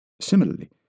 Similarly